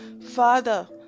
Father